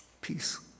Peace